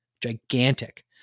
gigantic